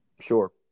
Sure